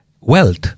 wealth